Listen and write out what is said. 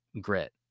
grit